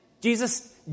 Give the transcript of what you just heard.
Jesus